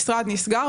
תשובה.